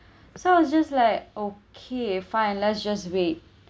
so I was just like okay fine let's just wait